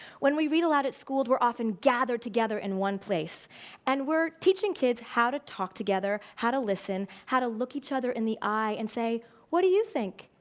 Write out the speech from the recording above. when we read aloud at school we're often gathered together in one place and we're teaching kids how to talk together, how to listen, how to look each other in the eye and say what do you think?